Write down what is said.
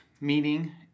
meeting